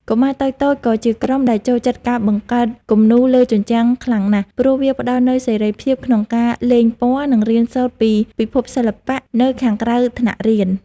កុមារតូចៗ ក៏ជាក្រុមដែលចូលចិត្តការបង្កើតគំនូរលើជញ្ជាំងខ្លាំងណាស់ ព្រោះវាផ្ដល់នូវសេរីភាពក្នុងការលេងពណ៌ និងរៀនសូត្រពីពិភពសិល្បៈនៅខាងក្រៅថ្នាក់រៀន។